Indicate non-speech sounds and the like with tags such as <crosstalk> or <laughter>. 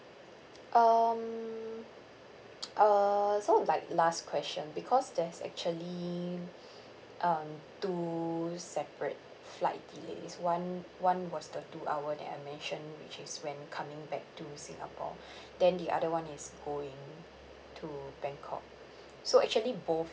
um <noise> err so like last question because there's actually <breath> um two separate flight delays one one was the two hour that I mentioned which is when coming back to singapore then the other one is going to bangkok so actually both